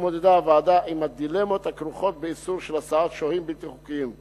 התמודדה הוועדה עם הדילמות הכרוכות באיסור של הסעות שוהים בלתי חוקיים.